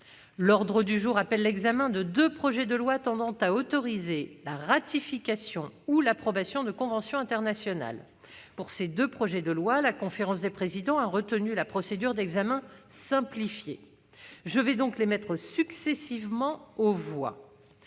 L'ordre du jour appelle l'examen de deux projets de loi tendant à autoriser la ratification ou l'approbation de conventions internationales. Pour ces deux projets de loi, la conférence des présidents a retenu la procédure d'examen simplifié. Je vais donc les mettre successivement aux voix.